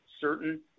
certain